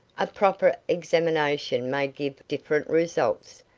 a proper examination may give different results,